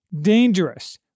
dangerous